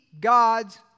God's